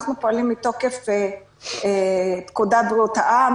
אנחנו פועלים מתוקף פקודת בריאות העם,